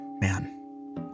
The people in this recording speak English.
Man